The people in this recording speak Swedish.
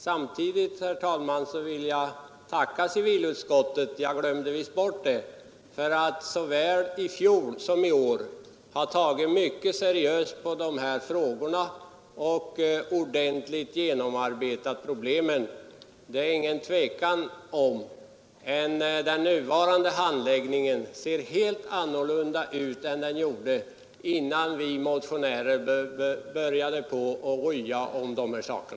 Samtidigt vill jag, herr talman, tacka civilutskottet — jag glömde visst bort det tidigare — för att det såväl i fjol som i år har tagit mycket seriöst på dessa frågor och ordentligt genomarbetat problemen. Det är inget tvivel om att anläggningen nu ser helt annorlunda ut än den gjorde innan vi motionärer började rya om dessa saker.